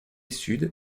sud